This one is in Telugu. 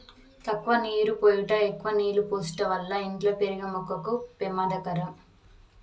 తక్కువ నీరు పోయుట ఎక్కువ నీళ్ళు పోసుట వల్ల ఇంట్లో పెరిగే మొక్కకు పెమాదకరం